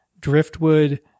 driftwood